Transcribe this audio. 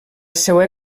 seua